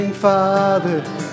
Father